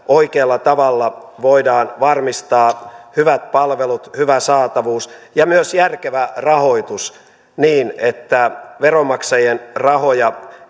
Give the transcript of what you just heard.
oikealla tavalla voidaan varmistaa hyvät palvelut hyvä saatavuus ja myös järkevä rahoitus niin että veronmaksajien rahoja